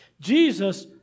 Jesus